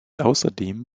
außerdem